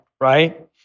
right